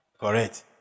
Correct